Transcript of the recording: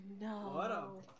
no